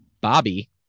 Bobby